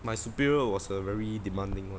my superior was a very demanding [one]